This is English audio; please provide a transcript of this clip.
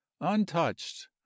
untouched